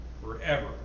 forever